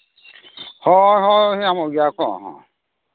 ᱦᱳᱭ ᱦᱳᱭ ᱧᱟᱢᱚᱜ ᱜᱮᱭᱟ ᱠᱚ